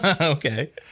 Okay